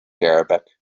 arabic